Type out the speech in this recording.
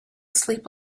sleep